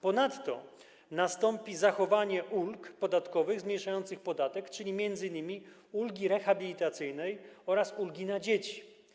Ponadto nastąpi zachowanie ulg podatkowych zmniejszających podatek, czyli m.in. ulgi rehabilitacyjnej oraz ulgi na dzieci.